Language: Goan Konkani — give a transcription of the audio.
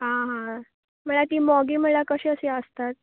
हां हां म्हळ्यार ती मोगी म्हळ्यार ती कशी आसतात